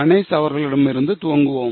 Ganesh அவர்களிடமிருந்து துவங்குவோம்